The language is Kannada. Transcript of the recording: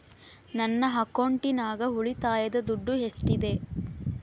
ನನ್ನ ಅಕೌಂಟಿನಾಗ ಉಳಿತಾಯದ ದುಡ್ಡು ಎಷ್ಟಿದೆ?